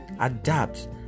adapt